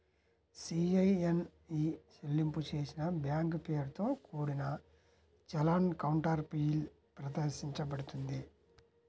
CIN e చెల్లింపు చేసిన bank పేరుతో కూడిన చలాన్ కౌంటర్ఫాయిల్ ప్రదర్శించబడుతుంది